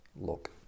look